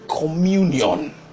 communion